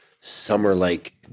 summer-like